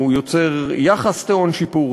הוא יוצר יחס טעון שיפור,